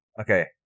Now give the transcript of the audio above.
okay